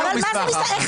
אבל אין לו מסמך הכנה.